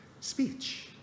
speech